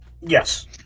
Yes